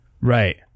Right